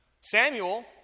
Samuel